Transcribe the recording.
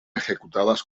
ejecutadas